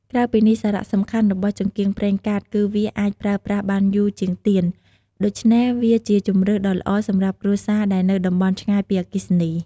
ក្រៅពីនេះ សារសំខាន់របស់ចង្កៀងប្រេងកាតគឺវាអាចប្រើប្រាស់បានយូរជាងទៀន ដូច្នេះវាជាជម្រើសដ៏ល្អសម្រាប់គ្រួសារដែលនៅតំបន់ឆ្ងាយពីអគ្គិសនី។